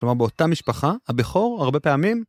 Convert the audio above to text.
כלומר, באותה משפחה, הבכור, הרבה פעמים...